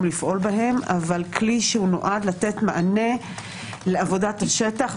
לפעול בהם אבל כלי שנועד לתת מענה לעבודת השטח,